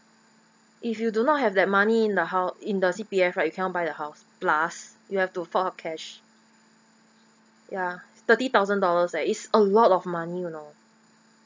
if you do not have that money in the hou~ in the C_P_F right you cannot buy the house plus you have to fork out cash ya thirty thousand dollars leh is a lot of money you know